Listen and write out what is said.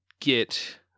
get